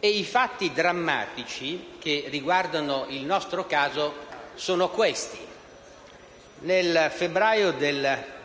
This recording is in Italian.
i fatti drammatici che riguardano il nostro caso sono questi: nel febbraio